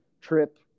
trip